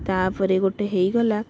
ତା'ପରେ ଗୋଟେ ହେଇଗଲା